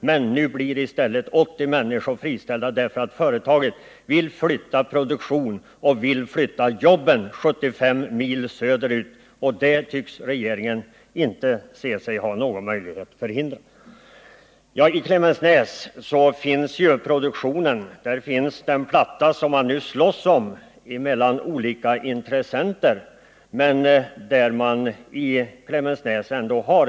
I stället blir nu 80-talet människor friställda, därför att företaget vill flytta produktionen och därmed jobben 75 mil söderut, vilket regeringen inte tycks se sig ha någon möjlighet att förhindra. I Klemensnäs finns produktionen. Där finns den platta som man nu slåss om mellan olika intressenter. Klemensnäs har därvidlag en viss förtur.